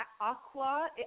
Aqua